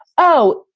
oh,